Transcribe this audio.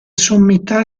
sommità